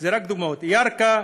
אלה רק דוגמאות, ירכא,